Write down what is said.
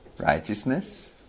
Righteousness